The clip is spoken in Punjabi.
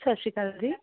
ਸਤਿ ਸ਼੍ਰੀ ਅਕਾਲ ਜੀ